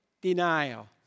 denial